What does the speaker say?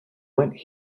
went